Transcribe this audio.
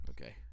Okay